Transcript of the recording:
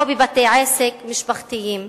או בבתי-עסק משפחתיים,